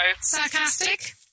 sarcastic